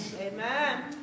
Amen